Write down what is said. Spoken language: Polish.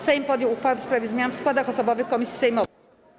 Sejm podjął uchwałę w sprawie zmian w składach osobowych komisji sejmowych.